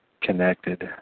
connected